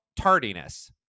tardiness